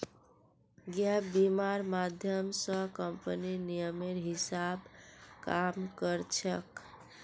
gap बीमा र माध्यम स कम्पनीर नियमेर हिसा ब काम कर छेक